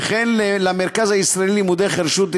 וכן למרכז הישראלי ללימודי חירשות,